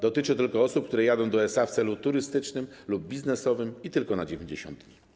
Dotyczy tylko osób, które jadą do USA w celu turystycznym lub biznesowym i tylko na 90 dni.